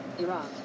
Iraq